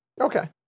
Okay